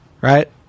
right